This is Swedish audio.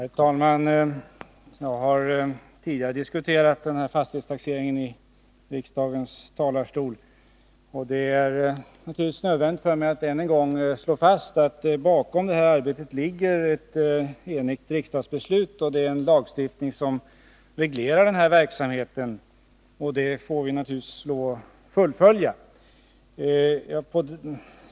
Herr talman! Jag har tidigare diskuterat fastighetstaxeringen i riksdagens talarstol. Det är naturligtvis nödvändigt för mig att än en gång slå fast att det bakom detta arbete ligger ett enigt riksdagsbeslut. Det är en lagstiftning som reglerar denna verksamhet, och vi får naturligtvis lov att fullfölja den.